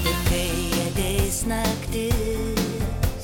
tik kai ateis naktis